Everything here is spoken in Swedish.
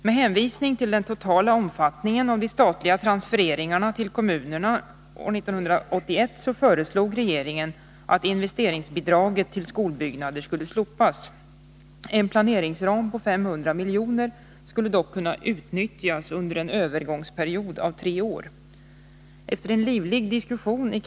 Med hänvisning till den totala omfattningen av de statliga transfereringarna till kommunerna år 1981 föreslog regeringen att investeringsbidraget till skolbyggnader skulle slopas. En planeringsram på 500 miljoner skulle dock kunna utnyttjas under en övergångsperiod av tre år.